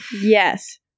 Yes